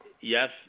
Yes